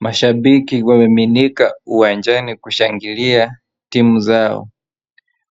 Mashambiki wamemiminika uwanjani kushangilia timu zao.